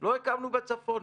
לא הקמנו בצפון.